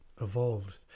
evolved